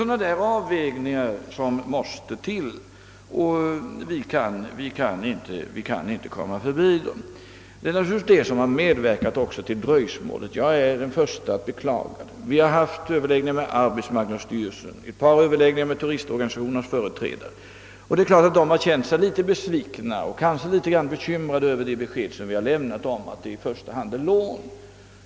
Sådana avvägningar kan man inte komma förbi, och detta har naturligtvis också medverkat till dröjsmålet, vilket jag är den förste att beklaga. Vi har haft överläggningar med arbetsmarknadsstyrelsen och ett par överläggningar med turistorganisationernas företrädare. Dessa har naturligtvis känt sig litet besvikna och de har kanske också varit litet bekymrade över det besked vi lämnat om att det i första hand gäller lån.